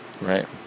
Right